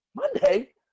Monday